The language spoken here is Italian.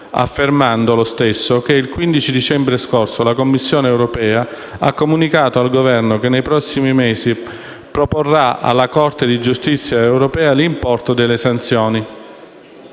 affermando, lo stesso, che il 15 dicembre scorso la Commissione europea ha comunicato al Governo che, nei prossimi mesi, proporrà alla Corte di giustizia europea l'importo delle sanzioni.